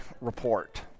report